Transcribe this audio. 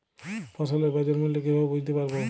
ফসলের বাজার মূল্য কিভাবে বুঝতে পারব?